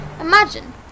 Imagine